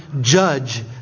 judge